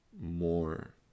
more